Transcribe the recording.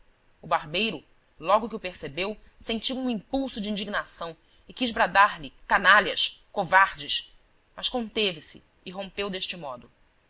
o barbeiro logo que o percebeu sentiu um impulso de indignação e quis bradar lhes canalhas covardes mas conteve-se e rompeu deste modo